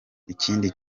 ikindi